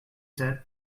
said